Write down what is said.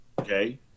Okay